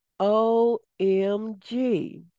OMG